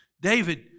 David